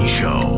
show